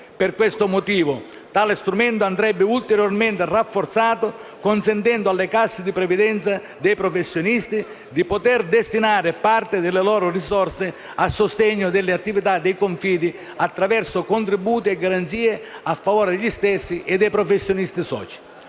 Per questo motivo tale strumento andrebbe ulteriormente rafforzato, consentendo alle casse di previdenza dei professionisti di poter destinare parte delle loro risorse a sostegno delle attività dei confidi, attraverso contributi e garanzie a favore degli stessi e dei professionisti soci.